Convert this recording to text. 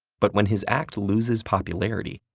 but when his act loses popularity,